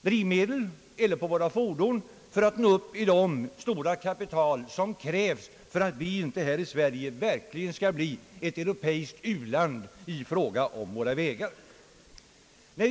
drivmedel eller på fordon för att vi skall få fram de stora kapital som krävs för att Sverige inte skall bli ett europeiskt u-land i fråga om vägar.